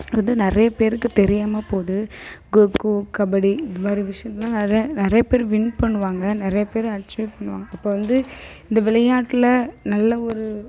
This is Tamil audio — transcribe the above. அது நிறைய பேருக்கு தெரியாமல் போது கொக்கோ கபடி இது மாதிரி விஷயோம் தான் நிறைய நிறைய பேர் வின் பண்ணுவாங்க நிறைய பேர் அச்சீவ் பண்ணுவாங்க இப்போ வந்து இந்த விளையாட்டில் நல்ல ஒரு